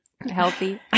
healthy